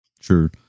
Sure